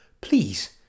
please